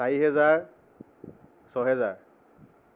চাৰি হেজাৰ ছহেজাৰ